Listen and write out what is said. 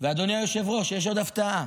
ואדוני היושב-ראש, יש עוד הפתעה.